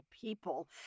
people